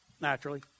naturally